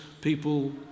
people